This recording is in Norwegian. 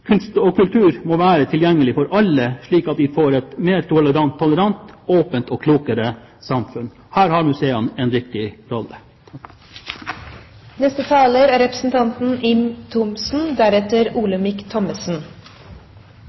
Kunst og kultur må være tilgjengelig for alle, slik at vi får et mer tolerant og åpent og klokere samfunn. Her har museene en viktig rolle. Meldingen Framtidas museum er